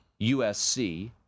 USC